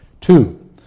Two